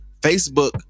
Facebook